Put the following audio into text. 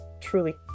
truly